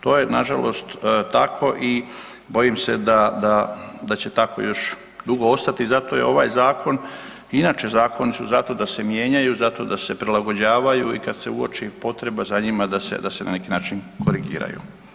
To je nažalost tako i bojim se da će tako još dugo ostati, zato je ovaj zakon inače zakoni su zato da se mijenjaju, zato da se prilagođavaju i kad se uoči potrebi za njima, da se na neki način korigiraju.